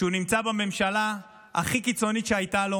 שהוא נמצא בממשלה הכי קיצונית שהייתה לו,